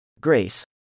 Grace